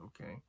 Okay